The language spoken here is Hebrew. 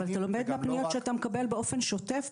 אבל אתה לומד מהפניות שאתה מקבל באופן שוטף,